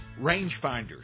rangefinders